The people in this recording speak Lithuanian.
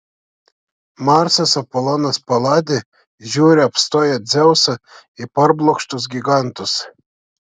marsas apolonas paladė žiūri apstoję dzeusą į parblokštus gigantus